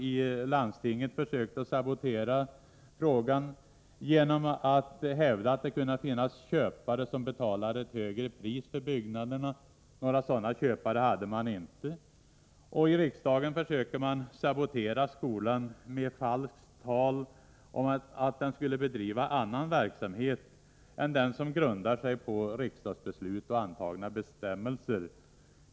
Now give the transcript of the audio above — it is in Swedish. I landstinget försökte man sabotera frågan genom att hävda att det kunde finnas köpare som skulle betala ett högre pris för byggnaderna. Några sådana köpare fanns inte. I riksdagen försöker man sabotera skolan med falskt tal om att den skulle bedriva annan verksamhet än den som grundar sig på riksdagsbeslut och antagna bestämmelser.